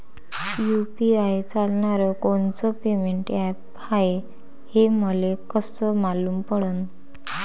UPI चालणारं कोनचं payment app हाय, हे मले कस मालूम पडन?